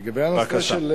בבקשה.